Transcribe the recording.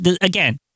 again